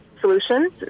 solutions